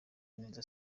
neza